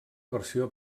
versió